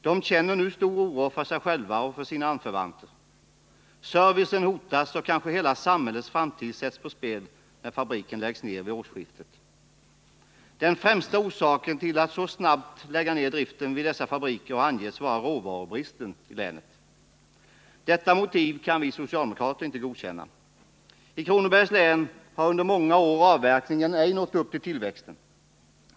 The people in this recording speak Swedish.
De känner nu stor oro för sig själva och för sina anförvanter Servicen hotas, och kanske hela samhällets framtid sätts på spel när fabriken läggs ned vid årsskiftet. Den främsta orsaken till besluten att så snabbt lägga ned driften vid dessa fabriker har angetts vara råvarubristen i länet. Detta motiv kan vi socialdemokrater inte godkänna. I Kronobergs län har under många år avverkningen ej motsvarat tillväxten.